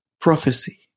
prophecy